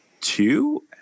two